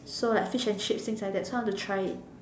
so like fish and chips things like that so I want to try it